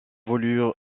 voulu